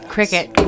Cricket